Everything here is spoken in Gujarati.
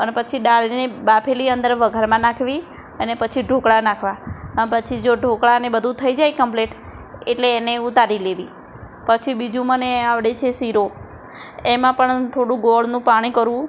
અને પછી દાળને બાફેલી અંદર વઘારમાં નાખવી અને પછી ઢોકળા નાખવાં અન પછી જો ઢોકળા ને બધું થઈ જાય કોમ્પ્લેટ એટલે એને ઉતારી લેવી પછી બીજું મને આવડે છે શીરો એમાં પણ થોડું ગોળનું પાણી કરવું